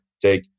take